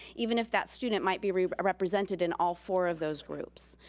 even if that student might be represented in all four of those groups.